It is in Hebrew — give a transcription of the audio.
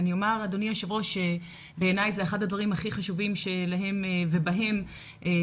אני אומר אדוני היושב ראש שבעיני זה אחד הדברים הכי חשובים ובהם אנחנו